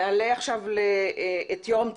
נעלה את יורם צלנר.